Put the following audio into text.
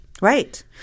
Right